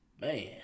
man